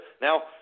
Now